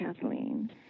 Kathleen